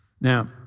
Now